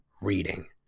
reading